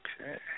Okay